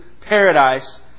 paradise